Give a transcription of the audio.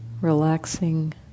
Relaxing